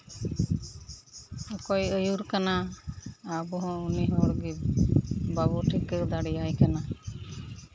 ᱚᱠᱚᱭ ᱟᱹᱭᱩᱨ ᱠᱟᱱᱟ ᱟᱵᱚ ᱦᱚᱸ ᱩᱱᱤ ᱦᱚᱲ ᱜᱮ ᱵᱟᱵᱚ ᱴᱷᱤᱠᱟᱹ ᱫᱟᱲᱮᱭᱟᱭ ᱠᱟᱱᱟ